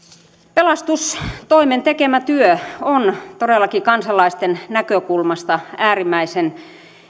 pelastustoimen tekemä työ on todellakin kansalaisten näkökulmasta äärimmäisen